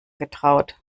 getraut